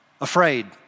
afraid